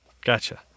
Gotcha